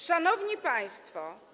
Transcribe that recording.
Szanowni Państwo!